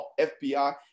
FBI